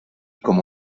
como